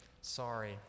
Sorry